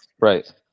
right